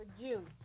June